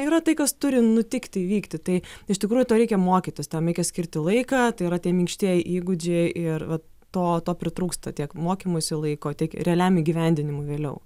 tai kas turi nutikti įvykti tai iš tikrųjų to reikia mokytis tam reikia skirti laiką tai yra tie minkštieji įgūdžiai ir va to to pritrūksta tiek mokymosi laiko tiek realiam įgyvendinimui vėliau